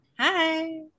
Hi